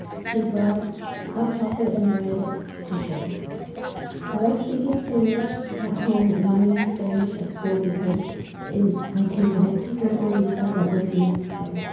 she brought hot chocolate and bread to share i like speaking spanish at home and learning spanish at school because i can connect with my bonita that lives in mexico.